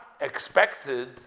expected